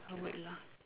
wait lah